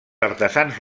artesans